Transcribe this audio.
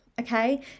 okay